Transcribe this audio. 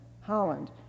Holland